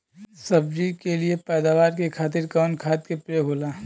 सब्जी के लिए पैदावार के खातिर कवन खाद के प्रयोग होला?